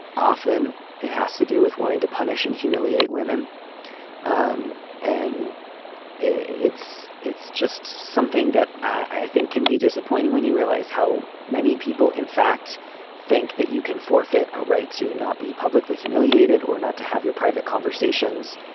often it has to do with wanting to punish and humiliate women um and it's it's just something that i think can be disappointing when you realize how many people in fact think that you can forfeit a right to not be publicly humiliated or not to have your private conversations